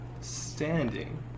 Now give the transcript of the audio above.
standing